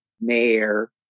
mayor